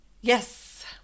Yes